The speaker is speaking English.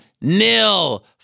nil